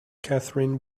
catherine